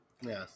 yes